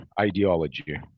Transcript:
ideology